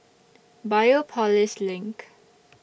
Biopolis LINK